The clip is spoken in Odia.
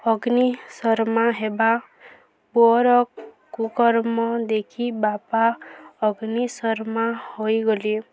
ଅଗ୍ନି ଶର୍ମା ହେବା ପୁଅର କୁକର୍ମ ଦେଖି ବାପା ଅଗ୍ନି ଶର୍ମା ହୋଇଗଲେ